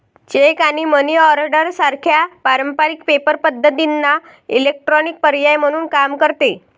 check आणि money order सारख्या पारंपारिक पेपर पद्धतींना इलेक्ट्रॉनिक पर्याय म्हणून काम करते